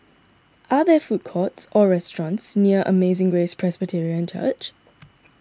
are there food courts or restaurants near Amazing Grace Presbyterian Church